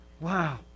Wow